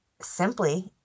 Simply